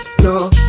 No